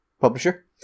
publisher